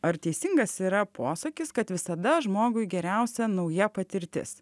ar teisingas yra posakis kad visada žmogui geriausia nauja patirtis